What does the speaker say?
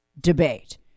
debate